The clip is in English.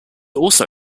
also